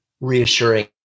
reassuring